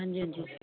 ਹਾਂਜੀ ਹਾਂਜੀ